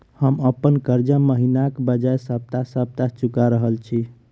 हम अप्पन कर्जा महिनाक बजाय सप्ताह सप्ताह चुका रहल छि